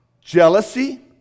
jealousy